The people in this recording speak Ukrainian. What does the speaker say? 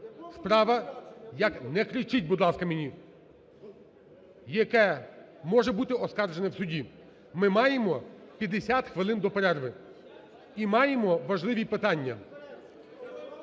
справа (не кричіть, будь ласка, мені), яка може бути оскаржена в суді. Ми маємо 50 хвилин до перерви і маємо важливі питання.